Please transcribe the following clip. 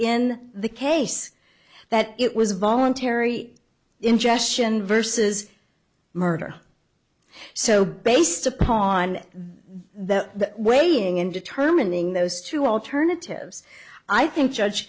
in the case that it was voluntary ingestion versus murder so based upon the waiting and determining those two alternatives i think judge